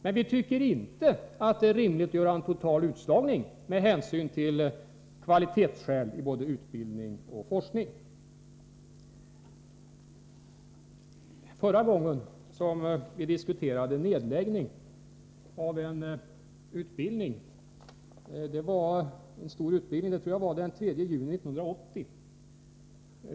Men med hänsyn till kvaliteten i både utbildning och forskning tycker vi inte det är rimligt att göra en total utslagning. Förra gången som vi diskuterade nedläggning av en utbildning var den 3 juni 1980.